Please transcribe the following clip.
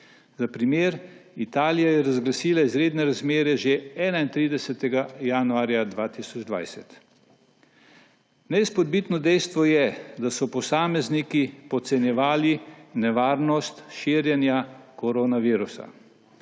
Za primer, Italija je razglasila izredne razmere že 31. januarja 2020. Neizpodbitno dejstvo je, da so posamezniki podcenjevali nevarnost širjenja koronavirusa.